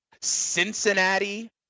Cincinnati